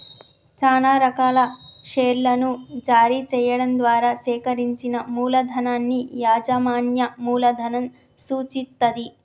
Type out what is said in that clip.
చానా రకాల షేర్లను జారీ చెయ్యడం ద్వారా సేకరించిన మూలధనాన్ని యాజమాన్య మూలధనం సూచిత్తది